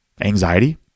Anxiety